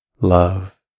love